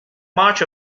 much